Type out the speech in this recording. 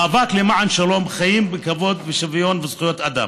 מאבק למען שלום, חיים בכבוד ושוויון וזכויות אדם.